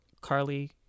Carly